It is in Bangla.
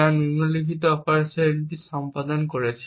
যা নিম্নলিখিত অপারেশনটি সম্পাদন করছে